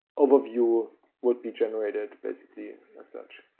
overview would be generated basically as such.